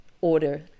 order